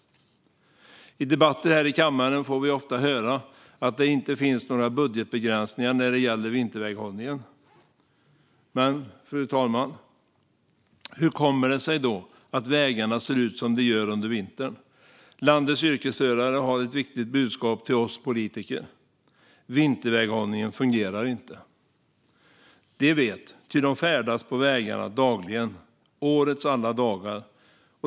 I debatter här i kammaren får vi ofta höra att det inte finns några budgetbegränsningar när det gäller vinterväghållningen. Men, fru talman, hur kommer det sig då att vägarna ser ut som de gör under vintern? Landets yrkesförare har ett viktigt budskap till oss politiker - vinterväghållningen fungerar inte! De vet - ty de färdas på vägarna dagligen, årets alla dagar.